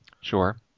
Sure